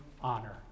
honor